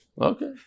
Okay